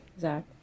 zach